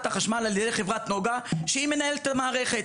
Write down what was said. החשמל על ידי חברת נגה שהיא מנהלת המערכת.